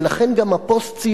ולכן גם הפוסט-ציונים,